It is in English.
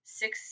six